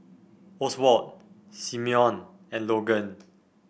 Oswald Simone and Logan